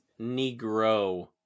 negro